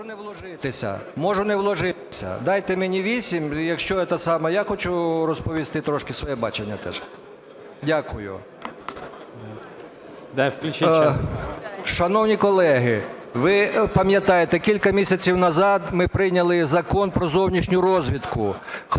Можу не вложитися, дайте мені 8, я хочу розповісти трошки своє бачення теж. Дякую. Шановні колеги, ви пам'ятаєте, кілька місяців назад ми прийняли Закон про зовнішню розвідку.